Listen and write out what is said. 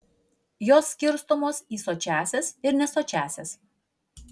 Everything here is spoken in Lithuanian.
jos skirstomos į sočiąsias ir nesočiąsias